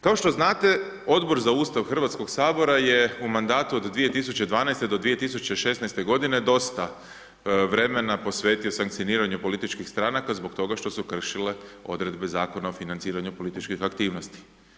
Kao što znate Odbor za Ustav Hrvatskog sabora je u mandatu od 2012.-2016. g. dosta vremena posvetio sankcioniranju političkih stranaka, zbog toga što su kršile odredbe zakona o financiranju političkih aktivnosti.